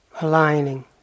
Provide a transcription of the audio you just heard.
aligning